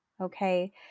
okay